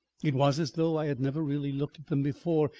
it was as though i had never really looked at them before,